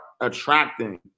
attracting